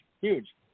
huge